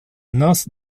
nos